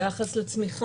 זה ביחס לצמיחה.